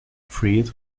freed